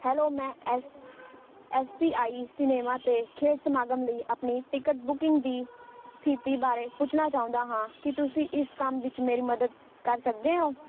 hello ਮੈਂ S S P I cinema 'ਤੇ ਖੇਡ ਸਮਾਗਮ ਲਈ ਆਪਣੀ ਟਿਕਟ ਬੁਕਿੰਗ ਦੀ ਸਥਿਤੀ ਬਾਰੇ ਪੁੱਛਣਾ ਚਾਹੁੰਦਾ ਹਾਂ ਕੀ ਤੁਸੀਂ ਇਸ ਕੰਮ ਵਿਚ ਮੇਰੀ ਮਦਦ ਕਰ ਸਕਦੇ ਹੋ